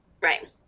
Right